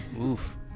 oof